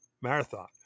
marathon